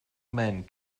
men